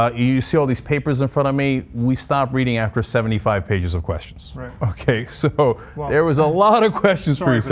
ah you see all these papers in front of me, we stopped reading after seventy five pages of questions. okay so there was a lot of questions for you